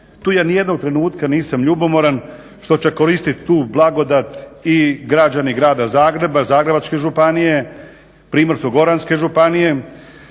Tu ja nijednog trenutka nisam ljubomoran što će koristiti tu blagodat i građani Grada Zagreba, Zagrebačke županije, Primorsko-goranske županije